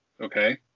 Okay